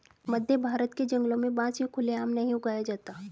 मध्यभारत के जंगलों में बांस यूं खुले आम नहीं उगाया जाता